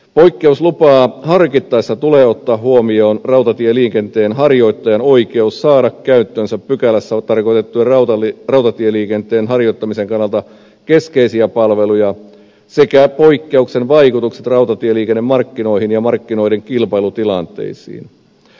poikkeuslupaa harkittaessa tulee ottaa huomioon rautatieliikenteen harjoittajan oikeus saada käyttöönsä pykälässä tarkoitettuja rautatieliikenteen harjoittamisen kannalta keskeisiä palveluja sekä poikkeuksen vaikutukset rautatieliikennemarkkinoihin ja markkinoihin kilpailutilanteisiin